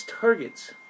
targets